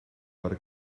per